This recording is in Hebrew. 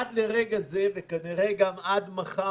עד לרגע זה, וכנראה גם עד מחר,